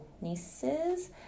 nieces